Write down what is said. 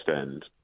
End